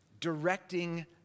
directing